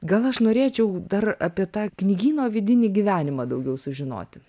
gal aš norėčiau dar apie tą knygyno vidinį gyvenimą daugiau sužinoti